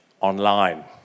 online